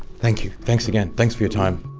thank you, thanks again. thanks for your time.